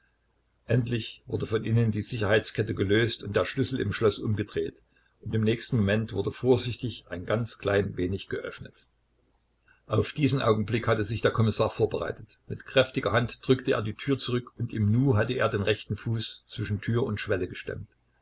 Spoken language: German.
endlich wurde von innen die sicherheitskette gelöst und der schlüssel im schloß umgedreht und im nächsten moment wurde vorsichtig ein ganz klein wenig geöffnet auf diesen augenblick hatte sich der kommissar vorbereitet mit kräftiger hand drückte er die tür zurück und im nu hatte er den rechten fuß zwischen tür und schwelle gestemmt